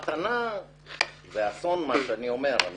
מתנה זה אסון, מה שאני אומר,